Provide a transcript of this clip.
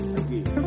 again